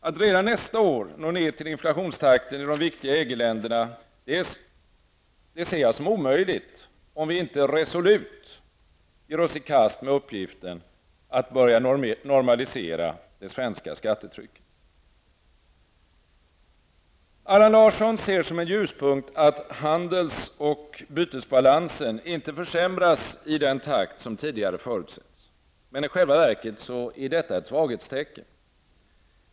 Att redan nästa år nå ned till inflationstakten i de viktiga EG-länderna, det ser jag som omöjligt, om vi inte resolut ger oss i kast med uppgiften att börja normalisera det svenska skattetrycket. Allan Larsson ser som en ljuspunkt att handels och bytesbalansen inte försämras i den takt som tidigare förutsetts. Men i själva verket är det ett svaghetstecken.